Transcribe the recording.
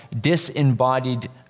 disembodied